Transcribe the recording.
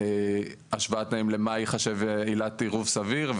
והשוואת תנאים למה ייחשב עילת עירוב סביר,